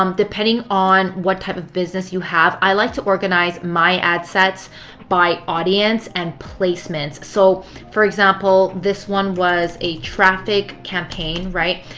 um depending on what type of business you have, i like to organize my ad sets by audience and placements. so for example, this one was a traffic campaign, right?